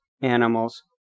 animals